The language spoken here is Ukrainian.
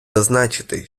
зазначити